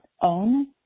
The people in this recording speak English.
own